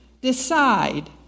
Decide